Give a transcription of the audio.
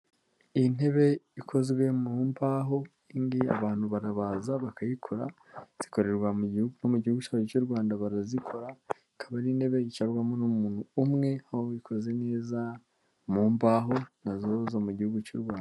Iyi ntebe ikozwe mu mbaho, iyi ngiyi abantu barabaza bakayikora, zikorerwa mu gihugu cyacu cy'u Rwanda barazikora, ikaba ari intebe yicarwamo n'umuntu umwe, ikoze neza mu mbaho nazo zo mu gihugu cy'u rwanda.